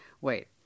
wait